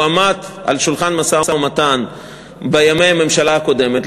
הוא עמד על שולחן המשא-ומתן בימי הממשלה הקודמת,